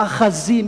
מאחזים,